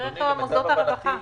דרך מוסדות הרווחה.